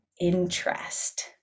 interest